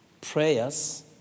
prayers